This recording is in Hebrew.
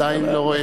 עדיין לא,